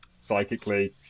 psychically